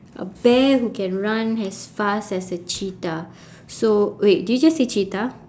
a bear who can run as fast as a cheetah so wait did you just say cheetah